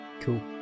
Cool